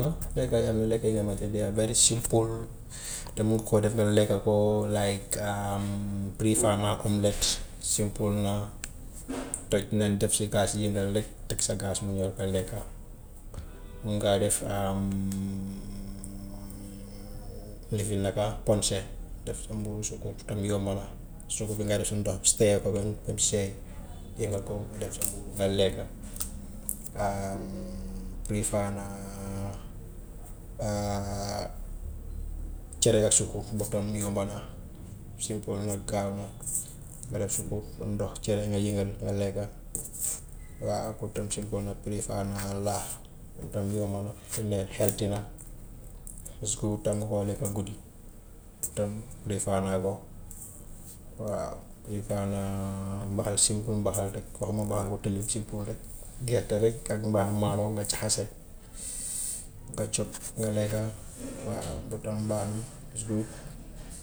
Waaw fee kay am na lekk yi nga xamante ne daa very simple, nga mun koo def nga lekka ko like prefer naa omelette simple na, toj nen def si kaas yëngal rek teg sa gaz mu ñor nga lekka. Mun ngaa def lifin naka ponse, def sa mburu suukar tam yomb na, suukar bi ngay def si ndox seeyal ko ba ba mu seey, yëngal ko def sa mburu nga lekka. prefer naa cere ak suukar boobu tam yomba na, simple na, gaaw na, nga def suukar, ndox cere nga yëngal, nga lekka, waaw boobu tam simple na prefer naa laax loolu tam yomba na tàmm koo lekka guddi tam prefer naa ko. Waa prefer naa mbaxal simple, mbaxal rek, waxuma mbaxal bu tilim, simple rek, gerte rek ak mbaa maalo nga jaxase, nga coob nga lekka. waaw boobu tam baax na is good.